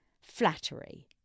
Flattery